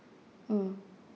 mm